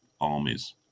armies